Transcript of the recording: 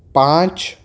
پانچ